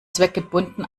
zweckgebunden